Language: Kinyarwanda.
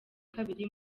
kabiri